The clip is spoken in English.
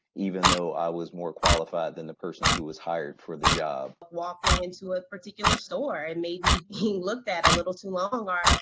even though i was more-qualified than the person who was hired for the job. walking into a particular store, and maybe being looked at a little too long or.